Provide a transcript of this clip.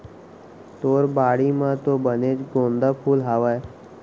तोर बाड़ी म तो बनेच गोंदा फूल हावय